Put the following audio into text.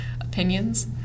Opinions